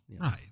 Right